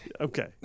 Okay